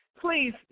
Please